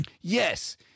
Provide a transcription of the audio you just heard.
Yes